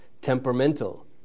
temperamental